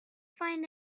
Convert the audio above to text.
find